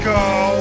go